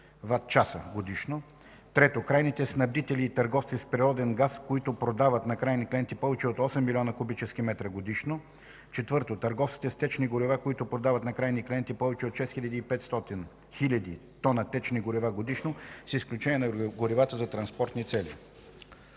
75 GWh годишно; 3. крайните снабдители и търговци с природен газ, които продават на крайни клиенти повече от 8 млн. кубически метра годишно; 4. търговците с течни горива, които продават на крайни клиенти повече от 6,5 хил. тона течни горива годишно – с изключение на горивата за транспортни цели;